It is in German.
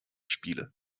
spiele